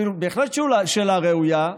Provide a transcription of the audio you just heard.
והיא בהחלט שאלה ראויה,